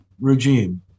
regime